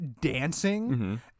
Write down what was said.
dancing